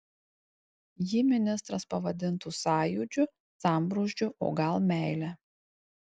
jį ministras pavadintų sąjūdžiu sambrūzdžiu o gal meile